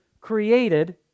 created